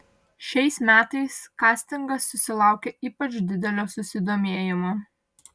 šiais metais kastingas susilaukė ypač didelio susidomėjimo